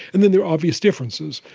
and then there are obvious differences.